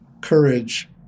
courage